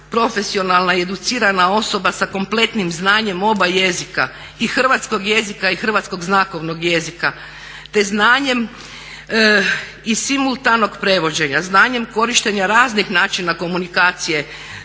profesionalna i educirana osoba sa kompletnim znanjem oba jezika i hrvatskog jezika i hrvatskog znakovnog jezika te znanjem i simultanog prevođenja, znanjem korištenja raznih načina komunikacije.